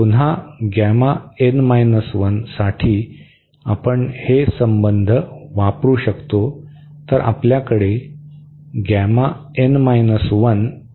पुन्हा साठी आपण ते संबंध वापरू शकतो